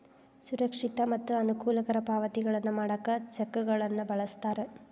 ಸುರಕ್ಷಿತ ಮತ್ತ ಅನುಕೂಲಕರ ಪಾವತಿಗಳನ್ನ ಮಾಡಾಕ ಚೆಕ್ಗಳನ್ನ ಬಳಸ್ತಾರ